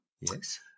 Yes